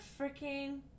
freaking